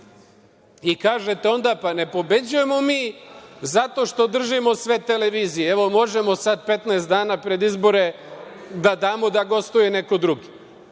onda - pa, ne pobeđujemo mi zato što držimo sve televizije, evo, možemo sad 15 dana pred izbore da damo da gostuje neko drugi,